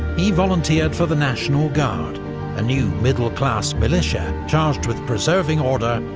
he volunteered for the national guard a new middle-class militia charged with preserving order,